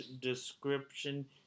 description